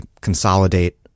consolidate